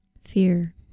Fear